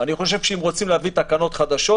ואני חושב שאם רוצים להביא תקנות חדשות,